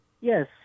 Yes